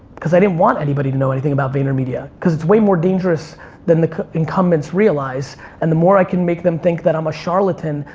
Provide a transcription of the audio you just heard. cause i didn't want anybody to know anything about vaynermedia cause it's way more dangerous than the incumbents realize and the more i can make them think that i'm a charlatan,